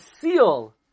seal